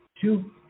Two